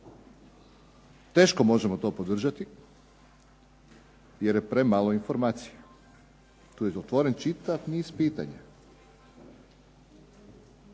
teško možemo to podržati jer je premalo informacija. Tu je otvoren čitav niz pitanja.